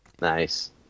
Nice